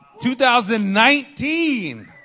2019